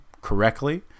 correctly